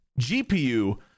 GPU